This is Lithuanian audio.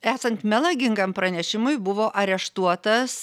esant melagingam pranešimui buvo areštuotas